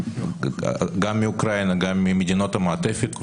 גם מאוקראינה וגם ממדינות המעטפת.